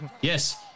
Yes